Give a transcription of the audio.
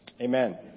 Amen